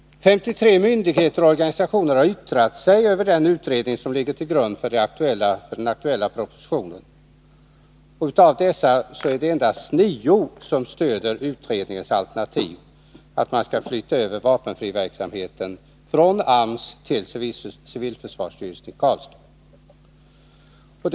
53 myndigheter och organisationer har yttrat sig över den utredning som ligger till grund för det aktuella propositionsförslaget. Av dessa är det endast 9 som stöder utredningsalternativet att vapenfriverksamheten skall flyttas över från AMS till civilförsvarsstyrelsen i Karlstad.